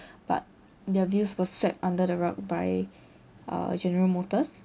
but their views were swept under the rug by uh general motors